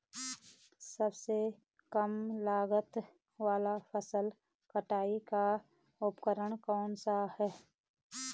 सबसे कम लागत वाला फसल कटाई का उपकरण कौन सा है?